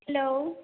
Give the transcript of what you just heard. hello